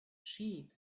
sheep